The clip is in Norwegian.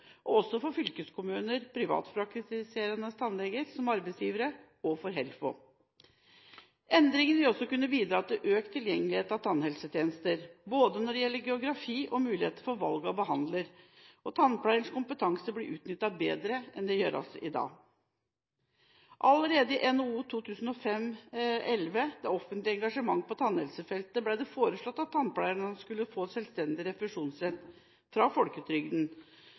også for fylkeskommuner, privatpraktiserende tannleger som arbeidsgivere og for HELFO. Endringen vil også kunne bidra til økt tilgjengelighet til tannhelsetjenester, både når det gjelder geografi og mulighet for valg av behandler. Tannpleierens kompetanse vil bli utnyttet bedre enn i dag. Allerede i NOU 2005:11, Det offentlige engasjementet på tannhelsefeltet, ble det foreslått at tannpleiere skulle få selvstendig refusjonsrett fra folketrygden